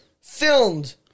filmed